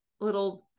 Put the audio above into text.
little